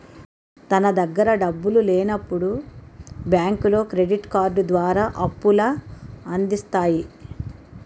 తన దగ్గర డబ్బులు లేనప్పుడు బ్యాంకులో క్రెడిట్ కార్డు ద్వారా అప్పుల అందిస్తాయి